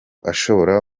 ashobora